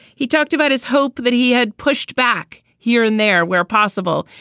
he talked about his hope that he had pushed back here and there where possible.